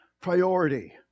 priority